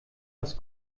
was